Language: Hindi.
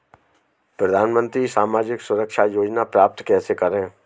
प्रधानमंत्री सामाजिक सुरक्षा योजना प्राप्त कैसे करें?